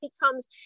becomes